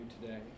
today